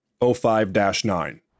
05-9